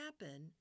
happen